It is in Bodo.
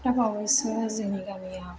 दा बावयैसोनो जोंनि गामियाव